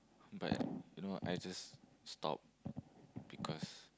but you know I just stop because